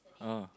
oh